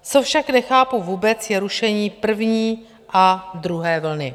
Co však nechápu vůbec, je rušení první a druhé vlny.